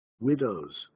widows